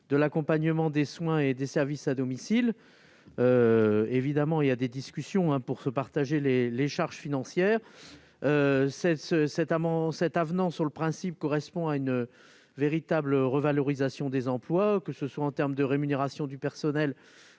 de l'accompagnement des soins et des services à domicile. Évidemment, des discussions sont en cours sur le partage des charges financières. Sur le principe, cet avenant apporte une véritable revalorisation des emplois, que ce soit en termes de rémunération du personnel